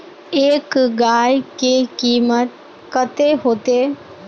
एक गाय के कीमत कते होते?